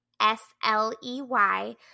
S-L-E-Y